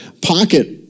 pocket